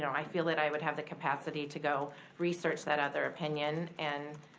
you know i feel that i would have the capacity to go research that other opinion and